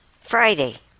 Friday